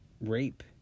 rape